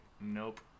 nope